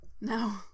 no